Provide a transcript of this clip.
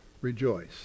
rejoice